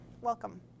Welcome